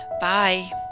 Bye